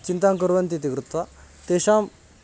चिन्तां कुर्वन्ति इति कृत्वा तेषां